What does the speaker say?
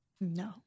No